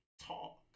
talk